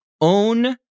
own